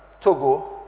Togo